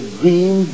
dream